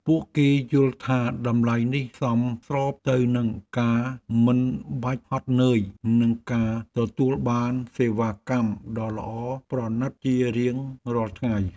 ពួកគេយល់ថាតម្លៃនេះសមស្របទៅនឹងការមិនបាច់ហត់នឿយនិងការទទួលបានសេវាកម្មដ៏ល្អប្រណីតជារៀងរាល់ថ្ងៃ។